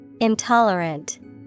Intolerant